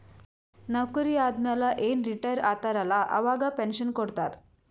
ನೌಕರಿ ಆದಮ್ಯಾಲ ಏನ್ ರಿಟೈರ್ ಆತಾರ ಅಲ್ಲಾ ಅವಾಗ ಪೆನ್ಷನ್ ಕೊಡ್ತಾರ್